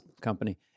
company